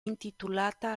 intitolata